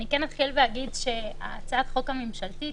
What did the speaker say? אני כן אתחיל ואגיד שהצעת החוק הממשלתית